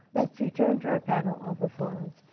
let's return to our panel on performance,